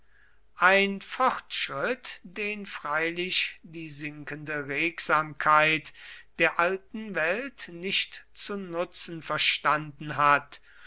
ein fortschritt den freilich die sinkende regsamkeit der alten welt nicht zu nutzen verstanden hat